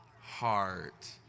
heart